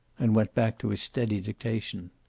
and went back to his steady dictation.